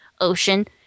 ocean